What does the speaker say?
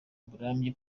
burambye